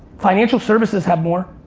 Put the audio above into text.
financial services have more.